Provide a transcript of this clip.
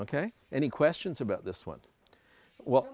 ok any questions about this one well